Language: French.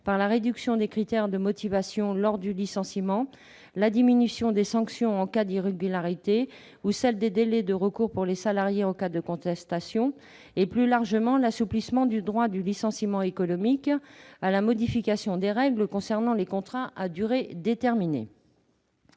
de la réduction des critères de motivation lors du licenciement, de la diminution des sanctions en cas d'irrégularités, du raccourcissement des délais de recours pour les salariés en cas de contestation et, plus largement, de l'assouplissement du droit du licenciement économique et de la modification des règles concernant les contrats à durée déterminée.